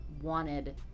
wanted